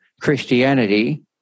Christianity